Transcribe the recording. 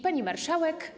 Pani Marszałek!